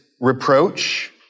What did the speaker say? reproach